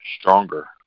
stronger